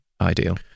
ideal